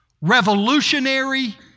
revolutionary